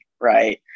Right